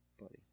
Buddy